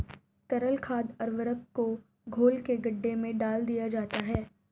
तरल खाद उर्वरक को घोल के गड्ढे में डाल दिया जाता है